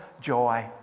joy